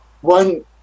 one